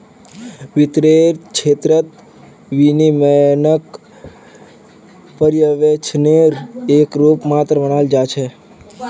वित्तेर क्षेत्रत विनियमनक पर्यवेक्षनेर एक रूप मात्र मानाल जा छेक